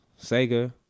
Sega